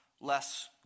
less